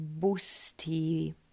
boosty